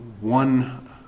one